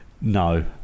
no